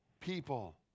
people